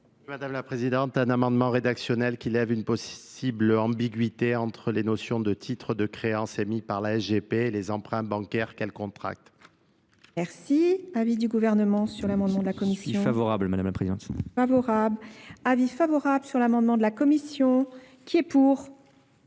madame la présidente est un amendement rédactionnel quii lève une possible ambiguïté entre les notions de titres de créance émis par la g p et les emprunts bancaires qu'elle contracte l'avis du gouvernement surement de la commission favorable avis favorable sur l'amendement de la commission qui est pour